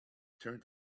turned